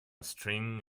string